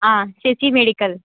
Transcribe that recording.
Shashi medical